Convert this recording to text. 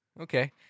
Okay